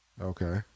Okay